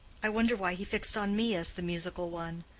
i wonder why he fixed on me as the musical one?